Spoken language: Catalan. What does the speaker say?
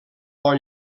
bon